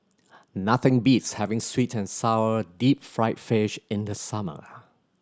nothing beats having sweet and sour deep fried fish in the summer